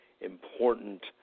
important